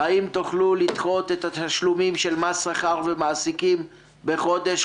האם תוכלו לדחות את התשלומים של מס שכר וממס מעסיקים בחודש-חודשיים,